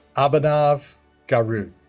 abhinav garud